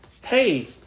Hey